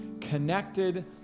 connected